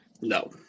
No